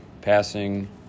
passing